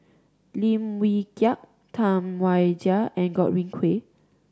Lim Wee Kiak Tam Wai Jia and Godwin Koay